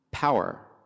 power